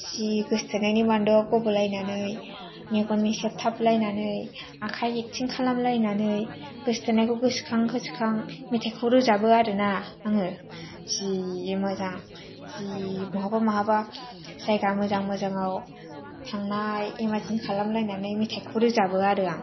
जि गोसोथोनायनि बानदौयाव गब लायनानै मेगन मोसेबथाब लायनानै आखाय एकतिं खालाम लायनानै गोसथोनायखौ गोसोखां गोसोखां मेथाइखौ रोजाबो आरो ना आङो जि मोजां जि बहाबा बहाबा जायगा मोजां मोजाङाव थांनाय इमाजिन खालाम लायनानै मेथाइखौ रोजाबो आरो आं